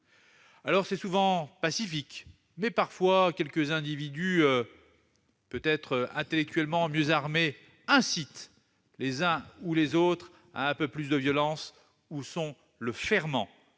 actions sont souvent pacifiques ; mais, parfois, quelques individus, peut-être intellectuellement mieux armés, incitent les uns ou les autres à un peu plus de violence ou sont le ferment